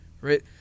Right